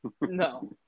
No